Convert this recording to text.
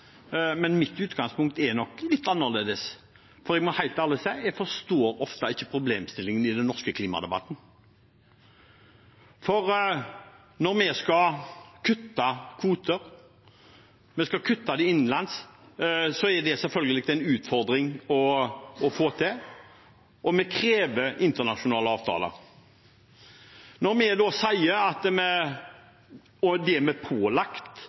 Men mitt utgangspunkt er nok litt annerledes, for jeg må helt ærlig si at jeg ofte ikke forstår problemstillingene i den norske klimadebatten. Når vi skal kutte kvoter innenlands, er det selvfølgelig en utfordring å få til, og vi krever internasjonale avtaler. Når vi tar kvoter fra kvotepliktig sektor over til ikke-kvotepliktig sektor, er vi pålagt